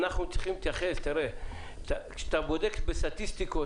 כשאתה בודק בסטטיסטיקות,